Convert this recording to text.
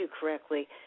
correctly